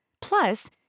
Plus